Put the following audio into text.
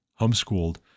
homeschooled